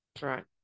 Right